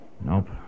Nope